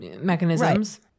mechanisms